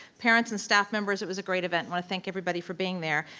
parents and staff members it was a great event and thank everybody for being there.